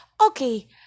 Okay